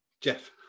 Jeff